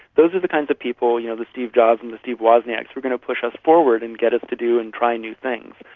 those are the kinds of people, you know, the steve jobs and the steve wozniaks who are going to push us forward and get us to do and try new things.